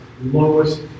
lowest